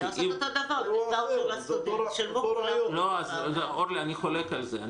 אפשר לעשות אותו דבר --- אורלי, אני חולק על זה.